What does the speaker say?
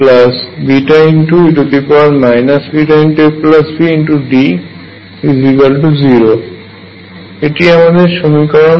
এবং এটি আমাদের চতুর্থ সমীকরণ